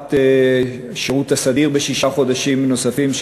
להארכת השירות הסדיר בשישה חודשים נוספים,